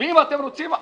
ואם אתם רוצים,